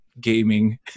gaming